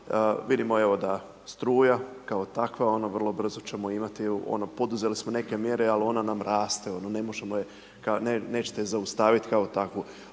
vidimo da evo struja kao takva, ono vrlo brzo ćemo imati evo ono poduzeli smo neke mjere al ona nam raste, ono ne možemo je neće je zaustaviti kao takvu.